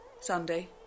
Sunday